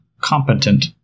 competent